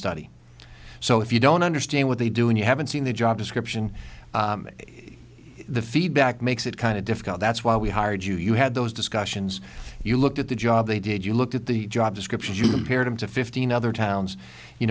study so if you don't understand what they do and you haven't seen the job description is the feedback makes it kind of difficult that's why we hired you you had those discussions you looked at the job they did you look at the job descriptions you compare them to fifteen other towns you